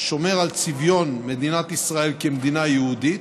שומר על צביון מדינת ישראל כמדינה יהודית,